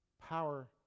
power